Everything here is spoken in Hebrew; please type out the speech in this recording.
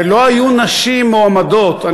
ולא היו נשים מועמדות.